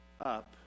up